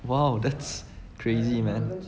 !wow! that's crazy man